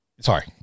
sorry